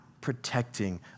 protecting